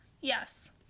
Yes